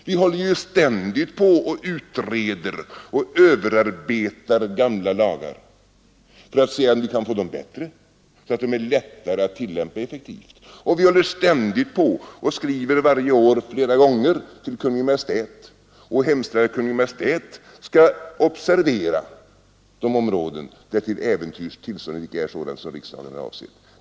Vi håller ständigt på och utreder och överarbetar gamla lagar för att se om vi kan få dem bättre, så att de är lättare att tillämpa effektivt, och vi håller ständigt på, kanske flera gånger varje år, och skriver till Kungl. Maj:t och hemställer att Kungl. Maj:t skall observera de områden där till äventyrs tillståndet icke är sådant som riksdagen har avsett.